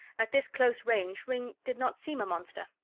at this close range ringg did not seem a monster,